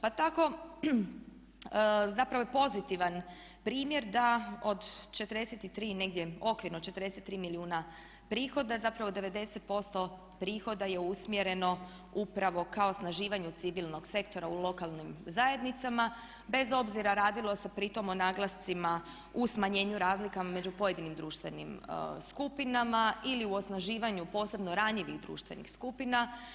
Pa tako zapravo je pozitivan primjer da od 43 negdje okvirno 43 milijuna prihoda, zapravo 90% prihoda je usmjereno upravo ka osnaživanju civilnog sektora u lokalnim zajednicama bez obzira radilo se pritom o naglascima u smanjenju razlika među pojedinim društvenim skupinama ili u osnaživanju posebno ranjivih društvenih skupina.